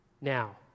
Now